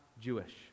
Jewish